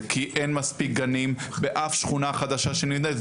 כי אין מספיק גנים באף שכונה חדשה שנבנית,